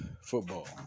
football